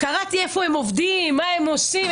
קראתי איפה הם עובדים, מה הם עושים.